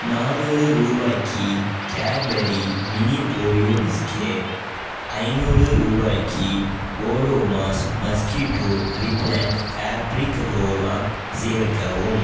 நாநூறு ரூபாய்க்கு Cadbury mini Oreo biscuit ஐந்நூறு ரூபாய்க்கு Odomos mosquito repellent fabric roll-on சேர்க்கவும்